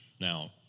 Now